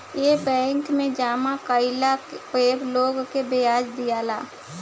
ए bank मे जामा कइला पे लोग के ब्याज दियाला